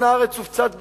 צפון הארץ הופצץ בטילים,